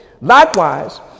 Likewise